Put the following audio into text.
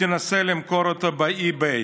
תנסה למכור אותו ב-eBay,